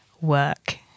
work